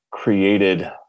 created